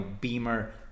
Beamer